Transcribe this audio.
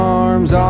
arms